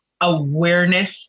awareness